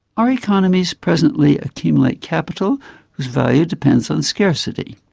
our economies presently accumulate capital whose value depends on scarcity.